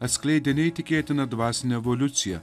atskleidė neįtikėtiną dvasinę evoliuciją